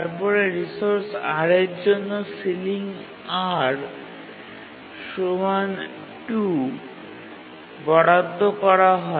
তারপরে resource R এর জন্য ceiling 2 বরাদ্দ করা হয়